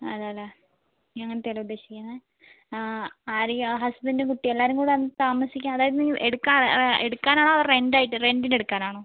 അതെ അല്ലെ നീ അങ്ങത്തെ ആണല്ലെ ഉദ്ദേശിക്കുന്നത് ഹസ്ബൻറ്റും കുട്ടിയും എല്ലാവരുംകൂടി വന്ന് താമസിക്കാൻ അതായത് എടുക്കാനാണോ അതോ റെൻറ്റായിട്ട് റെൻറ്റിന് എടുക്കാനാണോ